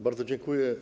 Bardzo dziękuję.